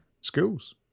Schools